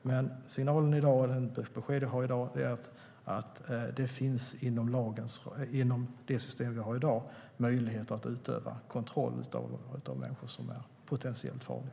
Men den signal och det besked jag har i dag är att det inom det system vi har i dag finns möjlighet att utöva kontroll över de människor som är potentiellt farliga.